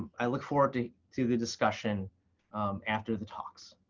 i look forward to to the discussion after the talks.